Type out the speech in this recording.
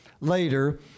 later